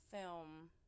film